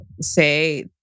say